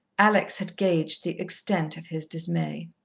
alex had gauged the extent of his dismay.